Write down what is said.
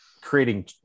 creating